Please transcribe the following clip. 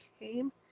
came